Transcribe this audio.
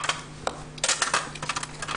הישיבה ננעלה בשעה 10:55.